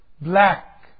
black